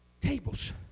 tables